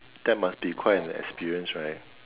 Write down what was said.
that must be quite an experience right